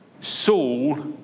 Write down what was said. Saul